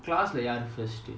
class lah யாரு:yaaru first